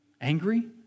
angry